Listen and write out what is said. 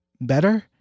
better